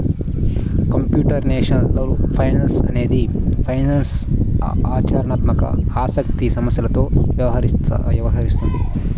computational finance అనేది ఫైనాన్స్లో ఆచరణాత్మక ఆసక్తి సమస్యలతో వ్యవహరిస్తాది